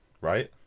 right